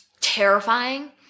terrifying